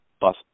bus